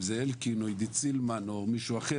אם זה אלקין או עידית סילמן או מישהו אחר